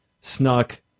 snuck